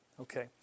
Okay